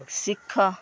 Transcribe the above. ଶିଖ